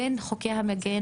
ובין חוקי המגן